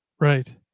Right